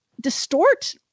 distort